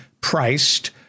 priced